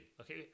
Okay